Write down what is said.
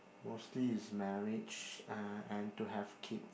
mostly is marriage uh and to have kids